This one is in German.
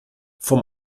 vom